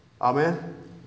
Amen